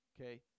Okay